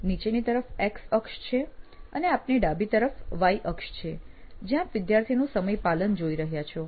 નીચેની તરફ X અક્ષ છે અને આપની ડાબી તરફ Y અક્ષ છે જ્યાં આપ વિદ્યાર્થીનું સમયપાલન જોઈ રહ્યા છો